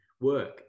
work